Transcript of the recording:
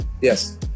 Yes